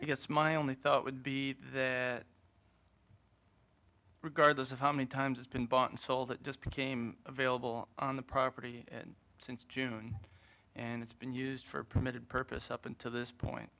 i guess my only thought would be that regardless of how many times it's been bought and sold it just became available on the property and since june and it's been used for a permitted purpose up until this point